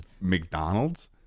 McDonald's